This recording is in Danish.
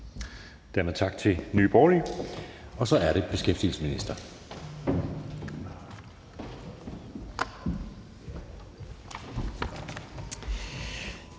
Dermed tak til Nye Borgerlige, og så er det beskæftigelsesministeren.